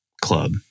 club